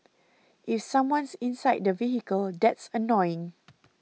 if someone's inside the vehicle that's annoying